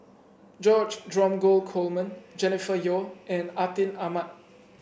George Dromgold Coleman Jennifer Yeo and Atin Amat